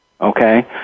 okay